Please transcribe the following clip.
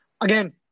again